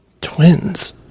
Twins